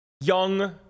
young